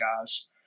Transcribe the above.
guys